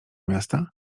miasta